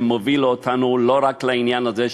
שמובילים אותנו לא רק לעניין הזה,